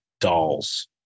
dolls